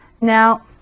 Now